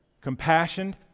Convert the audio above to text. compassion